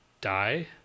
die